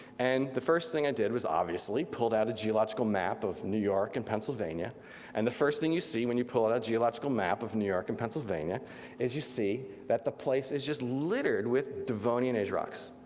and the first thing i did was obviously pulled out a geological map of new york and pennsylvania and the first thing you see when you pull out a geological map of new york and pennsylvania is you see that the place is just littered with devonian age rocks.